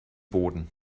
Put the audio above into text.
boden